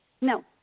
No